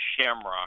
shamrock